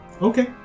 Okay